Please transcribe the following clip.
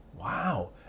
Wow